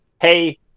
hey